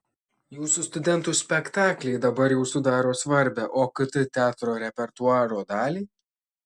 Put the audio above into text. jūsų studentų spektakliai dabar jau sudaro svarbią okt teatro repertuaro dalį